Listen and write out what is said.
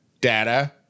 data